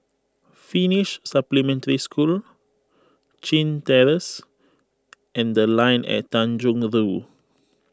Finnish Supplementary School Chin Terrace and the Line At Tanjong Rhu